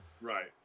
Right